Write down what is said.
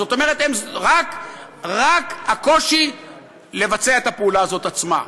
זאת אומרת, רק הקושי לבצע את הפעולה הזאת עצמה.